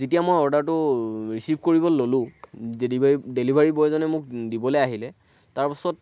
যেতিয়া মই অৰ্ডাৰটো ৰিচিভ কৰিব ল'লোঁ ডেলিভাৰী ডেলিভাৰী বয়জনে মোক দিবলৈ আহিলে তাৰ পাছত